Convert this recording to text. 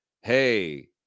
hey